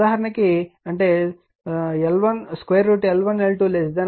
ఉదాహరణకి అంటేL1L2L1L22